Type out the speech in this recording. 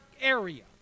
area